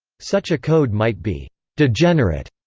such a code might be degenerate,